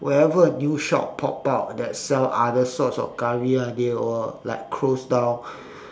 wherever a new shop pop out that sell other sorts of curry ah they will like close down